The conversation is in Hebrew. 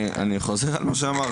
אני חוזר על מה שאמרתי.